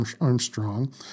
Armstrong